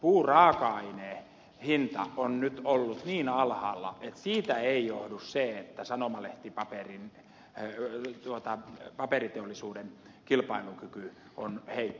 puuraaka aineen hinta on nyt ollut niin alhaalla että siitä ei johdu se että sanomalehtipaperiteollisuuden kilpailukyky on heikko